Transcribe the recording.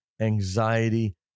Anxiety